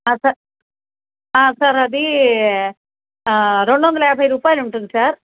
sir sir అది రెండొందల యాభై రూపాయిలుంటుంది సార్